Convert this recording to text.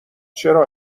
چرا